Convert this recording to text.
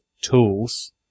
tools